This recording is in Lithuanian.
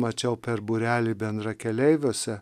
mačiau per būrelį bendrakeleiviuose